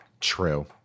True